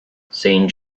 saint